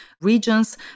regions